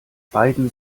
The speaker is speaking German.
beiden